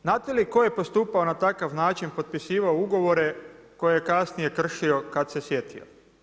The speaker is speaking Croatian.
Znate li tko je postupao na takav način, potpisivao ugovore koje je kasnije kršio kad se sjetio?